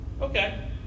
okay